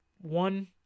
one